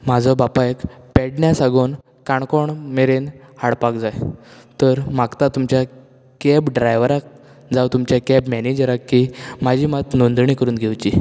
म्हाजो बापायक पेडण्यां साकून काणकोण मेरेन हाडपाक जाय तर मागता तुमच्या कॅब ड्रायव्हराक जावं तुमच्या कॅब मेनेजराक की म्हाजी मत नोंदणी करून घेवची